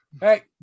Hey